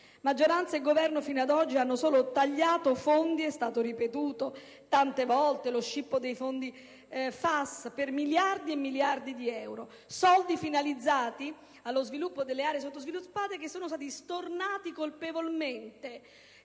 Maggioranza e Governo fino ad oggi hanno solo tagliato fondi (è stato ripetuto tante volte: lo scippo dei fondi FAS) per miliardi e miliardi di euro. Soldi finalizzati allo sviluppo delle aree sottosviluppate che sono stati stornati colpevolmente